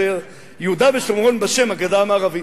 כלשהו יהודה ושומרון בשם "הגדה המערבית".